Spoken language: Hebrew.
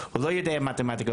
לא יודע מתמטיקה,